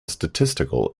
statistical